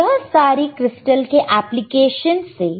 तो यह सारी क्रिस्टल के एप्लीकेशनस है